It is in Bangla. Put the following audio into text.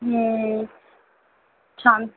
হ্যাঁ শান